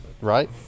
Right